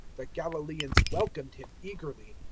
the galilaeans welcomed him eagerly,